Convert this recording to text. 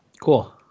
Cool